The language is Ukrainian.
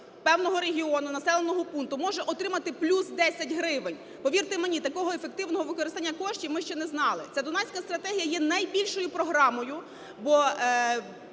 певного регіону, населеного пункту може отримати плюс 10 гривень. Повірте мені, такого ефективного використання коштів ми ще не знали. Ця Дунайська стратегія є найбільшою програмою,